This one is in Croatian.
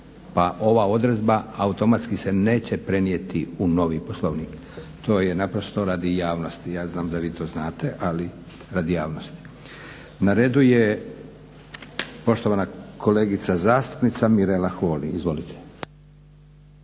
pa ova odredba automatski se neće prenijeti u novi Poslovnik. To je naprosto radi javnosti. Ja znam da vi to znate ali radi javnosti. Na redu je poštovana kolegica zastupnica Mirela Holy. Izvolite.